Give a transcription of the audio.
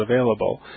available